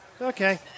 Okay